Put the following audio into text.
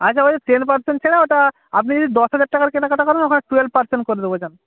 আচ্ছা ওই ten percent ছেড়ে ওটা আপনি যদি দশ হাজার টাকার কেনাকাটা করেন ওখানে টুয়েলভ পার্সেন্ট করে দেবো যান